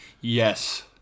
Yes